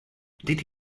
did